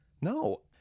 No